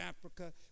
Africa